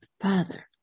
Father